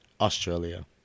Australia